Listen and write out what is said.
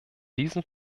diesem